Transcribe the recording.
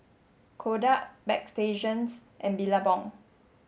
Kodak Bagstationz and Billabong